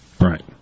Right